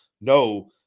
no